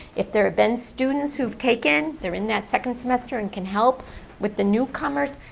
if there have been students who have taken, they're in that second semester and can help with the newcomers,